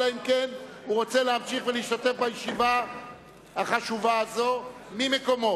אלא אם כן הוא רוצה להמשיך ולהשתתף בישיבה החשובה הזאת ממקומו.